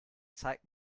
zeig